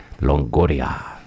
Longoria